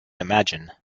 imagine